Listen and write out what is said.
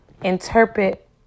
interpret